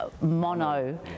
mono